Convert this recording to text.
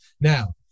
Now